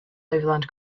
overland